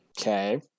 Okay